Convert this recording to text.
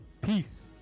Peace